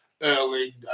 early